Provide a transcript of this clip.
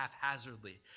haphazardly